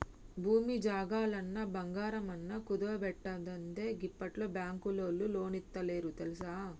భూమి జాగలన్నా, బంగారమన్నా కుదువబెట్టందే గిప్పట్ల బాంకులోల్లు లోన్లిత్తలేరు తెల్సా